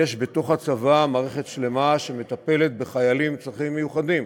יש בתוך הצבא מערכת שלמה שמטפלת בחיילים עם צרכים מיוחדים,